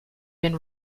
been